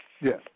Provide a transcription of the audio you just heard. Yes